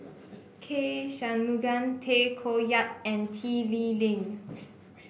K Shanmugam Tay Koh Yat and Tan Lee Leng